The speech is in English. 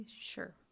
Sure